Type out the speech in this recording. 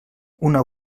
una